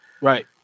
Right